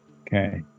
Okay